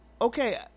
okay